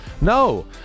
No